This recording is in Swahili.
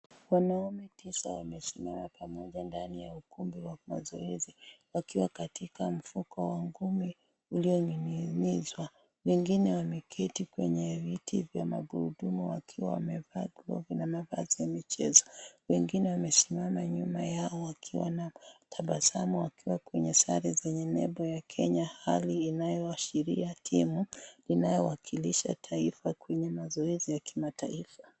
Wanaume tisa wamesimama pamoja ukumbi mazoezi wameket viti vya magurudumu wengine wamesimama nyuma na sare zao ya Kenya inawakilisha timu kwenye mazoezi ya kimataifa.